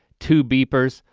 two beepers,